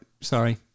Sorry